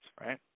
right